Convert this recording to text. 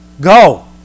Go